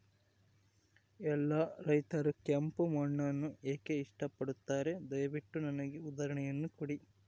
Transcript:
ಎಲ್ಲಾ ರೈತರು ಕೆಂಪು ಮಣ್ಣನ್ನು ಏಕೆ ಇಷ್ಟಪಡುತ್ತಾರೆ ದಯವಿಟ್ಟು ನನಗೆ ಉದಾಹರಣೆಯನ್ನ ಕೊಡಿ?